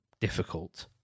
difficult